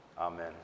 Amen